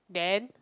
then